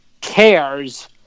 cares